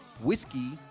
whiskey